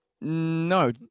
No